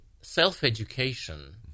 self-education